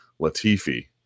Latifi